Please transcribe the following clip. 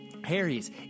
Harry's